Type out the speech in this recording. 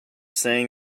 saying